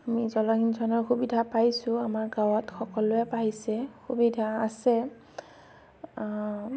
আমি জলসিঞ্চনৰ সুবিধা পাইছোঁ আমাৰ গাঁৱত সকলোৱে পাইছে সুবিধা আছে